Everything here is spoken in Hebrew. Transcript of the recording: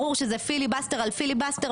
ברור שזה פיליבסטר על פיליבסטר,